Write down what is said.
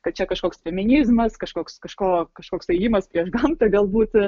kad čia kažkoks feminizmas kažkoks kažko kažkoks ėjimas prieš gamtą galbūt